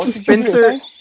Spencer